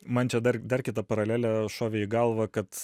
man čia dar dar kita paralelė šovė į galvą kad